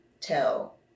tell